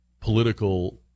political